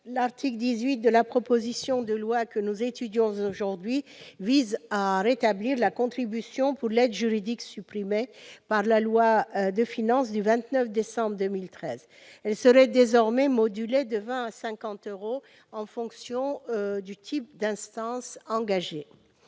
L'article 18 de la proposition de loi vise à rétablir la contribution pour l'aide juridique supprimée par la loi de finances du 29 décembre 2013. Elle serait désormais modulée, de 20 à 50 euros, en fonction du type d'instance engagée.